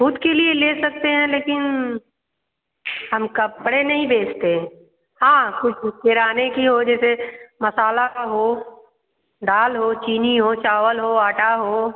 खुद के लिए ले सकते हैं लेकिन हम कपड़े नहीं बेचते हाँ किराने की हो जैसे मसाला का हो दाल हो चीनी हो चावल हो आटा हो